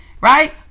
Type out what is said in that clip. right